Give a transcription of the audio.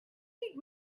need